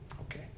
Okay